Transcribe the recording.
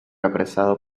apresado